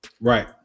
Right